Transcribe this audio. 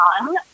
on